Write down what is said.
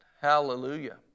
Hallelujah